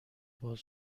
باز